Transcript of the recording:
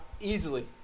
Easily